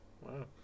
Wow